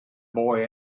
boy